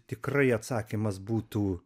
tikrai atsakymas būtų